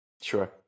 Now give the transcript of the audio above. Sure